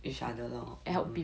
each other lor mmhmm